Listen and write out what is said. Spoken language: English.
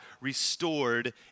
restored